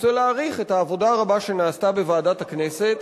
רוצה להעריך את העבודה הרבה שנעשתה בוועדת הכנסת.